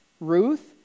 Ruth